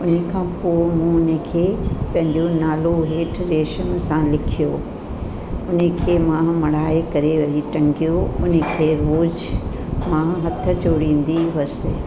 हुन खां पोइ मूं हुनखे पंहिंजो नालो हेठि रेशम सां लिखियो हुनखे मां मणाए करे रिटन कयो हुनखे उहो कुझु मां हथ जोड़ींदी हुअसि